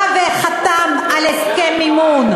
ומי בא וחתם על הסכם מימון?